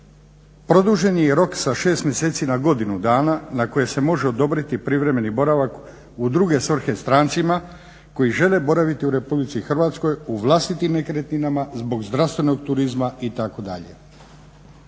Produžen je i rok sa 6 mjeseci na godinu dana na koji se može odobriti privremeni boravak u druge svrhe strancima koji žele boraviti u Republici Hrvatskoj u vlastitim nekretninama zbog zdravstvenog turizma itd.